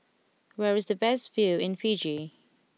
where is the best view in Fiji